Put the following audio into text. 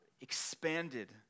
expanded